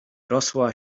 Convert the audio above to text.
rosła